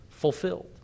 fulfilled